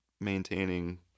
maintaining